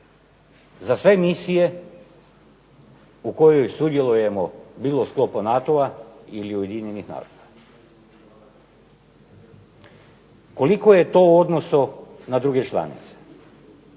za sve misije u kojoj sudjelujemo bilo u sklopu NATO-a ili UN-a? Koliko je to u odnosu na druge članice?